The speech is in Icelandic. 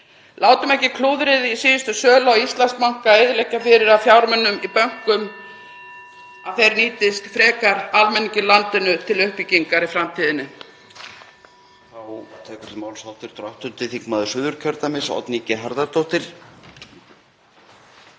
Látum ekki klúðrið í síðustu sölu á Íslandsbanka eyðileggja fyrir að fjármunir í bönkum nýtist frekar almenningi í landinu til uppbyggingar í framtíðinni.